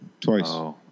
Twice